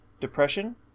Depression